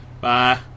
bye